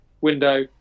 window